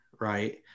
right